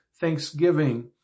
thanksgiving